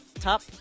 top